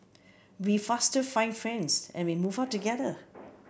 we faster find friends and we move out together